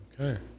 Okay